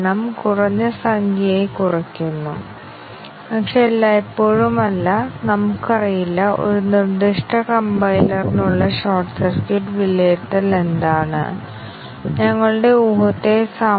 ഏത് coverage statement coverage branch coverage എന്നിവ നൽകാൻ കഴിയും അതിനാൽ ചില ടെസ്റ്റ് കേസുകൾ നിർവ്വഹിച്ചതിന് ശേഷം ഈ ഉപകരണം ഏത് പാക്കേജിനായി ബ്രാഞ്ച് കവറേജ് എത്രമാത്രം നേടിയെന്ന് ലൈൻ കവറേജ് നൽകുന്നു